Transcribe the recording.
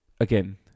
again